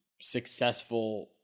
successful